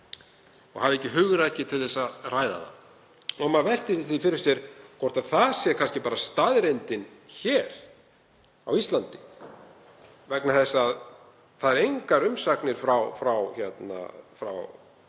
og hafi ekki hugrekki til að ræða það. Maður veltir því fyrir sér hvort það sé kannski bara staðreyndin hér á Íslandi vegna þess að hér eru engar umsagnir frá sérfræðingum